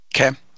Okay